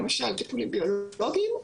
למשל טיפולים ביולוגיים,